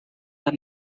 the